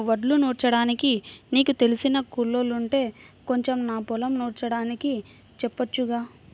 వడ్లు నూర్చడానికి నీకు తెలిసిన కూలోల్లుంటే కొంచెం నా పొలం నూర్చడానికి చెప్పొచ్చుగా